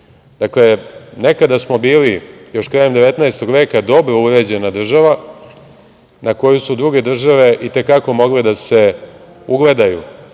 Srbiju. Dakle, nekada smo bili, još krajem 19. veka, dobro uređena država na koju su druge države i te kako mogle da se ugledaju